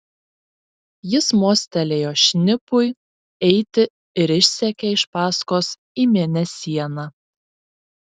jis mostelėjo šnipui eiti ir išsekė iš paskos į mėnesieną